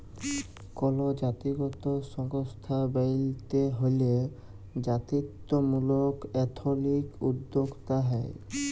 call জাতিগত সংস্থা ব্যইলতে হ্যলে জাতিত্ত্বমূলক এথলিক উদ্যোক্তা হ্যয়